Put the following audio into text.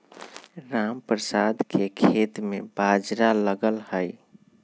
रामप्रसाद के खेत में बाजरा लगल हई